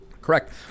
Correct